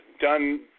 done